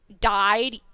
died